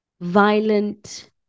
violent